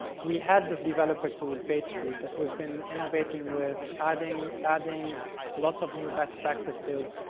we had this developer tool, pagespeed, that we've been innovating with, adding adding lots of new best practices,